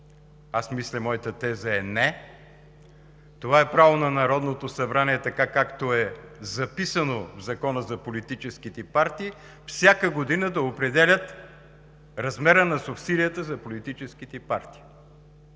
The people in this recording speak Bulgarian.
точка? Моята теза е: не. Това е право на Народното събрание така, както е записано в Закона за политическите партии – всяка година да определят размера на субсидията за политическите партии.